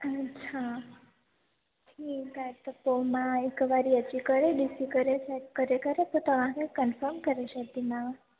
अच्छा ठीकु आहे त पोइ मां हिक वारी अची करे ॾिसी करे चेक करे करे पोइ तव्हांखे कंफ़म करे छॾदीमांव